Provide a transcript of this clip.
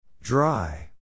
Dry